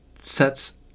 sets